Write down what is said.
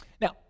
now